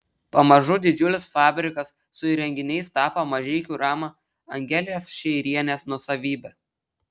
pamažu didžiulis fabrikas su įrenginiais tapo mažeikių rama angelės šeirienės nuosavybe